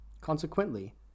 Consequently